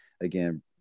again